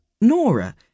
Nora